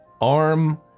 arm